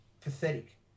pathetic